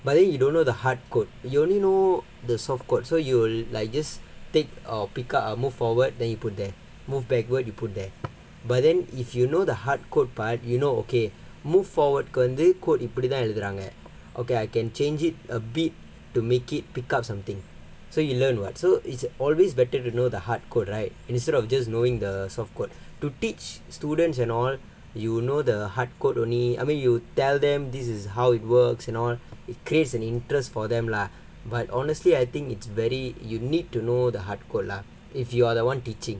but then you don't know the hard code you only know the soft code so you like just take or pick up a move forward then you put their move backward you put there but then if you know the hard code part you know okay move forward can they இப்படித்தான் எழுதுறாங்க:ippadithaan eluthuraanga okay I can change it a bit to make it pick up something so you learn [what] so it's always better to know the hard code right instead of just knowing the soft code to teach students and all you know the hard code only I mean you tell them this is how it works and all it creates an interest for them lah but honestly I think it's very you need to know the hard code lah if you are the [one] teaching